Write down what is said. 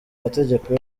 mategeko